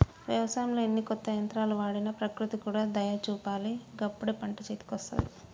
వ్యవసాయంలో ఎన్ని కొత్త యంత్రాలు వాడినా ప్రకృతి కూడా దయ చూపాలి గప్పుడే పంట చేతికొస్తది